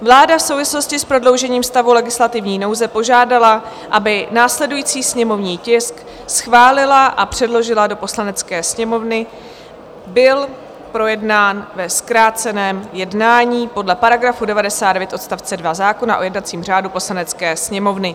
Vláda v souvislosti s prodloužením stavu legislativní nouze požádala, aby následující sněmovní tisk, který schválila a předložila do Poslanecké sněmovny, byl projednán ve zkráceném jednání podle § 99 odst. 2 zákona o jednacím řádu Poslanecké sněmovny.